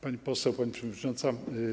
Pani Poseł, Pani Przewodnicząca!